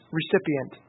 recipient